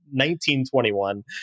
1921